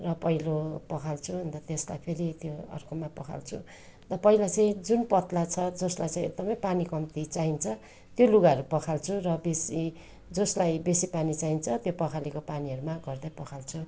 र पहिलो पखाल्छु अन्त त्यसलाई फेरि त्यो अर्कोमा पखाल्छु त पहिला चाहिँ जुन पतला छ जसलाई चाहिँ एकदमै पानी कम्ती चाहिन्छ त्यो लुगाहरू पखाल्छु र बेसी जसलाई बेसी पानी चाहिन्छ त्यो पखालेको पानीहरूमा गर्दै पखाल्छु